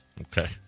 Okay